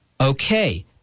Okay